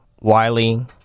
Wiley